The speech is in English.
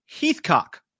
Heathcock